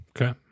Okay